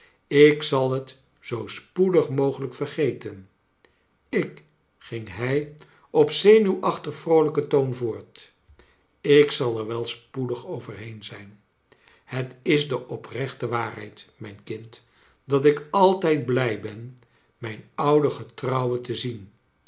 ik zal het zoo spoedig mogelijk vergeten ik ging hij op zenuwachtig vroolijken toon voort ik zal er wel spoedig overheen zijn het is de oprechte waarheid mijn kind dat ik altijd blij ben mijn ouden getrouwe le zien